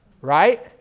Right